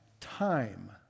time